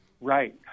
Right